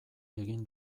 egin